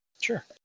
Sure